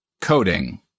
coding